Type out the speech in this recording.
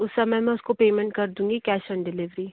उस समय में उसको पेमेंट कर दूँगी कैश औन डिलेभ्री